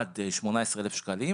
עד 18,000 שקלים,